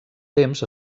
temps